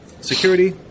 Security